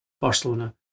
Barcelona